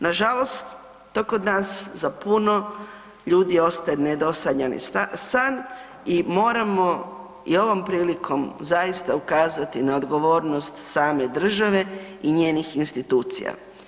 Nažalost, to kod nas za puno ljudi ostaje nedosanjani san i moramo i ovom prilikom zaista ukazati na odgovornost same države i njenih institucija.